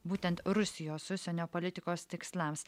būtent rusijos užsienio politikos tikslams